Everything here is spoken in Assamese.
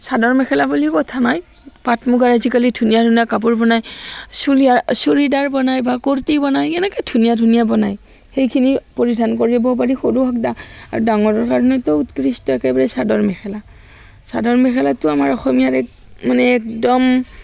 চাদৰ মেখেলা বুলি কথা নাই পাট মুগাৰ আজিকালি ধুনীয়া ধুনীয়া কাপোৰ বনায় চুৰিয়া চুৰিডাৰ বনায় বা কুৰ্তি বনায় এনেকৈ ধুনীয়া ধুনীয়া বনায় সেইখিনি পৰিধান কৰিব পাৰি সৰু হওক বা আৰু ডাঙৰৰ কাৰণেতো উৎকৃষ্ট একেবাৰে চাদৰ মেখেলা চাদৰ মেখেলাটো আমাৰ অসমীয়াৰে মানে একদম